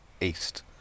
east